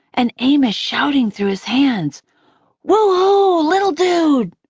and amos shouting through his hands woo-hoo, little dude!